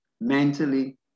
mentally